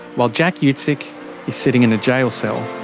while jack yeah utsick is sitting in a jail cell.